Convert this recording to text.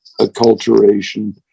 acculturation